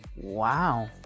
wow